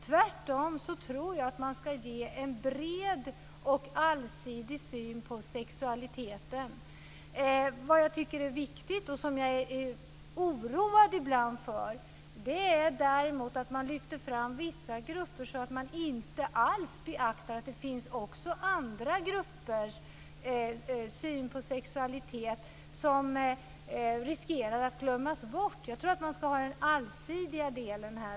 Jag tror tvärtom att man ska ge en bred och allsidig syn på sexualiteten. Ibland är jag oroad för att man lyfter fram vissa grupper, så att man inte alls beaktar att det också finns andra grupper. Deras syn på sexualitet riskerar att glömmas bort. Jag tror att man ska ha med den allsidiga delen.